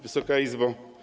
Wysoka Izbo!